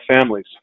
families